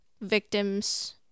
victims